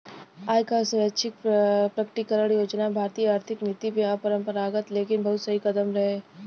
आय क स्वैच्छिक प्रकटीकरण योजना भारतीय आर्थिक नीति में अपरंपरागत लेकिन बहुत सही कदम रहे